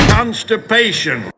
Constipation